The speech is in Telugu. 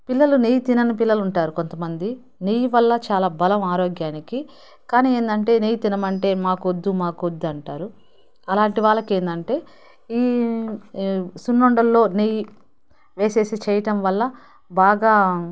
పిల్లలు నెయ్యి తినని పిల్లలు ఉంటారు కొంతమంది నెయ్యి వల్ల చాలా బలం ఆరోగ్యానికి కాని ఏందంటే నెయ్యి తినమంటే మాకు వద్దు మాకు వద్దు అంటారు అలాంటి వాళ్ళకు ఏందంటే ఈ సున్నుండల్లో నెయ్యి వేసేసి చెయ్యటం వల్ల బాగా